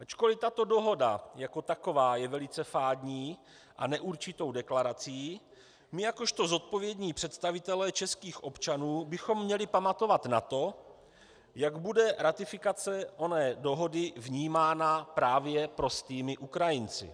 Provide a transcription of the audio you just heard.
Ačkoliv tato dohoda jako taková je velice fádní a neurčitou deklarací, my jakožto zodpovědní představitelé českých občanů bychom měli pamatovat na to, jak bude ratifikace oné dohody vnímána právě prostými Ukrajinci.